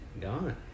gone